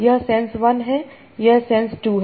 यह sense one है यह सेंस टू है